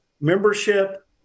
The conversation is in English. membership